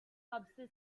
subsystem